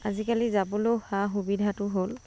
আজিকালি যাবলৈও সা সুবিধাটো হ'ল